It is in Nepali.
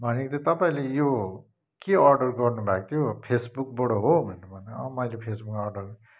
भनेको थियो तपाईँले यो के अर्डर गर्नु भएको थियो फेसबुकबाट हो भनेर भन्यो अँ मैले फेसबुकमा अर्डर